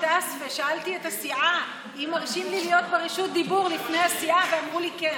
שאלתי את הסיעה אם מרשים לי להיות ברשות הדיבור לפני הסיעה ואמרו לי כן.